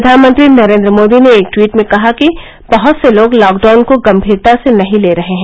प्रधानमंत्री नरेंद्र मोदी ने एक ट्वीट में कहा कि बहत से लोग लॉकडाउन को गंभीरता से नहीं ले रहे हैं